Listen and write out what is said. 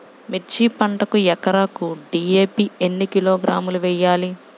మిర్చి పంటకు ఎకరాకు డీ.ఏ.పీ ఎన్ని కిలోగ్రాములు వేయాలి?